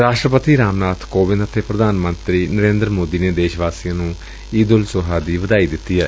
ਰਾਸਟਰਪਤੀ ਰਾਮਨਾਥ ਕੋਵਿੰਦ ਅਤੇ ਪ੍ਰਧਾਨ ਮੰਤਰੀ ਨਰੇਂਦਰ ਮੋਦੀ ਨੇ ਦੇਸ਼ ਵਾਸੀਆਂ ਨੂੰ ਈਦ ਉਲ ਜੂਹਾ ਦੀ ਵਧਾਈ ਦਿੱਤੀ ਏ